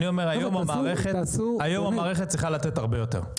היום המערכת צריכה לתת הרבה יותר.